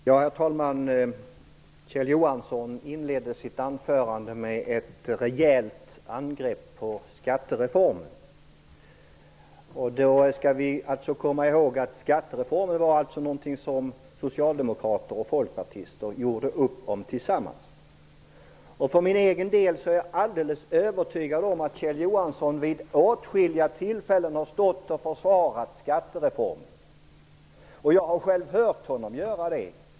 Herr talman! Kjell Johansson inledde sitt anförande med ett rejält angrepp på skattereformen. Vi skall komma ihåg att socialdemokrater och folkpartister tillsammans gjorde upp om den reformen. För min egen del är jag alldeles övertygad om att Kjell Johansson vid åtskilliga tillfällen har stått och försvarat skattereformen. Jag har själv hört honom göra det.